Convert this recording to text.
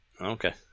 Okay